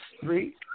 Three